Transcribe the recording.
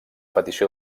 petició